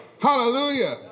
Hallelujah